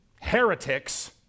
heretics